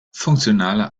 funktionaler